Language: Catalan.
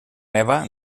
neva